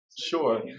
sure